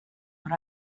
what